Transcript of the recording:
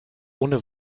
ohne